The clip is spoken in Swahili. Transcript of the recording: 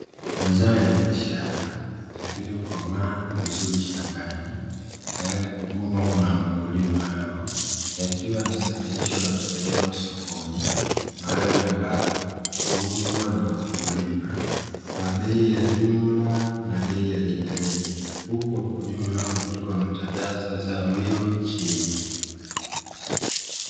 Mazao ya biashara yaliyokomaa vizuri shambani yaani huvunwa na wakulima hao. Yakiwa yamesafirishwa na kupelekwa sokoni mahali ambapo huuzwa na wakulima kwa bei ya jumla na bei ya rejareja, huku wakulima hao wakiwa wametandaza zao hilo chini.